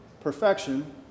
perfection